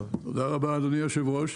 תודה רבה, אדוני היושב-ראש.